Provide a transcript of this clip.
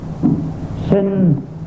sin